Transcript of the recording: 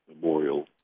memorial